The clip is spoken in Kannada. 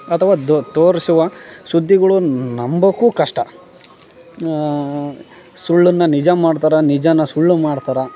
ಅಥವಾ ದ ತೋರಿಸುವ ಸುದ್ದಿಗಳನ್ನ ನಂಬಕು ಕಷ್ಟ ಸುಳ್ಳನ್ನು ನಿಜ ಮಾಡ್ತಾರೆ ನಿಜಾನ ಸುಳ್ಳು ಮಾಡ್ತಾರೆ